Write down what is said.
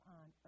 on